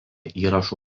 įrašų